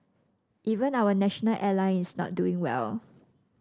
even our national airline is not doing well